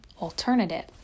alternative